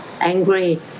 angry